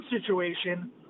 situation